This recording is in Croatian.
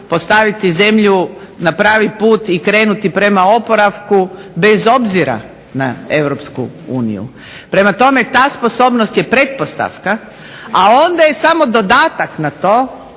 postaviti zemlju na pravi put i krenuti prema oporavku bez obzira na EU. Prema tome, ta sposobnost je pretpostavka, a onda je samo dodatak na to